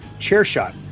CHAIRSHOT